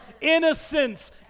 Innocence